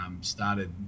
started